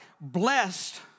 blessed